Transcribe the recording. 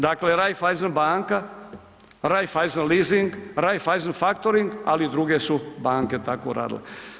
Dakle, Raiffeisen banka, Raiffeisen lizing, Raiffeisen faktoring ali i druge su banke tako radile.